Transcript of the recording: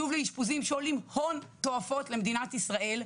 שוב לאשפוזים שעולים הון תועפות למדינת ישראל.